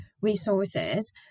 resources